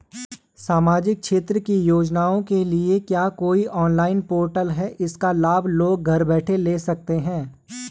सामाजिक क्षेत्र की योजनाओं के लिए क्या कोई ऑनलाइन पोर्टल है इसका लाभ लोग घर बैठे ले सकते हैं?